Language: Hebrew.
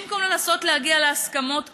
במקום לנסות להגיע להסכמות כאלה,